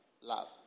love